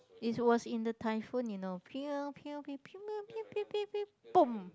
it was in the typhoon you know boom